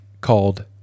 called